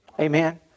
Amen